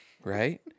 Right